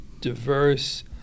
diverse